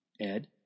Ed